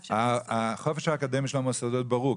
שמאפשר --- החופש האקדמי של המוסדות ברור,